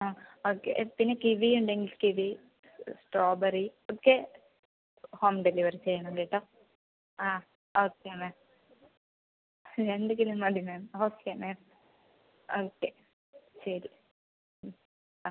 ആ ഓക്കെ പിന്നെ കിവി ഉണ്ടെങ്കിൽ കിവി സ്ട്രോബെറി ഒക്കെ ഹോം ഡെലിവറി ചെയ്യണം കേട്ടോ ആ ഓക്കെ മാം രണ്ട് കിലോ മതി മാം ഓക്കെ മാം ഓക്കെ ശരി ഉം ആ